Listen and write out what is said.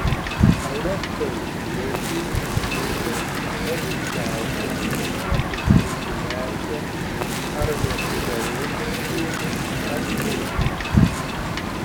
aleksiaus juodi ūsiukai pasišiaušia akys prisimerkia ar nuo cigaretės dūmų ar šiaip tik